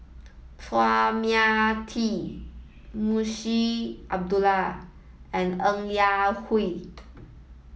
Chua Mia Tee Munshi Abdullah and Ng Yak Whee